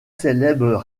célèbres